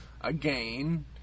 Again